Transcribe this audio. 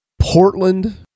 Portland